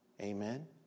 Amen